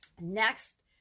next